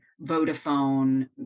Vodafone